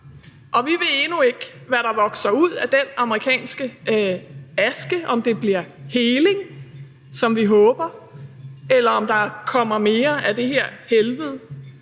Og vi ved endnu ikke, hvad der vokser ud af den amerikanske aske – om det bliver heling, som vi håber, eller om der kommer mere af det her helvede.